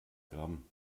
gramm